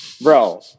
bro